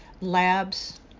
labs